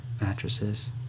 mattresses